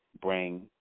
bring